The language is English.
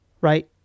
right